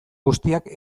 guztiak